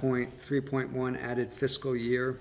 point three point one added fiscal year